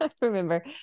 Remember